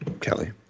Kelly